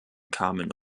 kamen